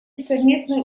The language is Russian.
совместные